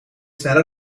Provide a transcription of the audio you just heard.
sneller